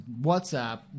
WhatsApp